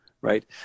right